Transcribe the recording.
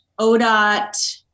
ODOT